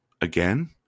Again